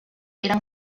era